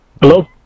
Hello